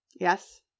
Yes